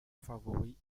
favori